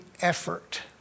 effort